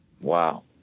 Wow